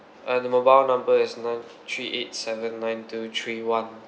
uh the mobile number is nine three eight seven nine two three one